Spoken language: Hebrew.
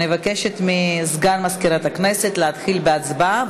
אני מבקשת מסגן מזכירת הכנסת להתחיל בהצבעה,